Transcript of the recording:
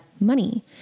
money